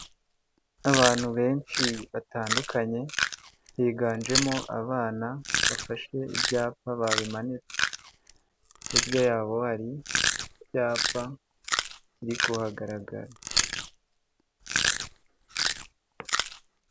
Abantu benshi batandukanye higanjemo abana bafashe ibyapa babimanitse, hirya yabo hari icyapa kiri kuhagaragara.